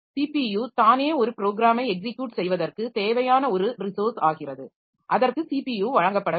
CPU தானே ஒரு ப்ரோக்ராமை எக்ஸிக்யுட் செய்வதற்கு தேவையான ஒரு ரிசோர்ஸ் ஆகிறது அதற்கு ஸிபியு வழங்கப்பட வேண்டும்